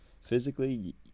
physically